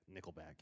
Nickelback